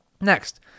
Next